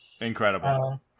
Incredible